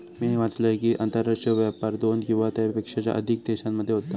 मी वाचलंय कि, आंतरराष्ट्रीय व्यापार दोन किंवा त्येच्यापेक्षा अधिक देशांमध्ये होता